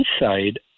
inside